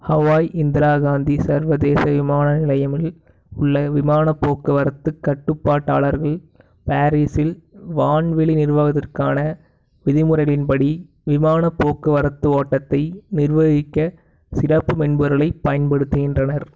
Hawaii Indira Gandhi சர்வதேச விமான நிலையமில் உள்ள விமானப் போக்குவரத்துக் கட்டுப்பாட்டாளர்கள் பாரிஸில் வான்வெளி நிறுவுவதிற்கான விதிமுறைகளின்படி விமானப் போக்குவரத்து ஓட்டத்தை நிர்வகிக்க சிறப்பு மென்பொருளைப் பயன்படுத்துகின்றனர்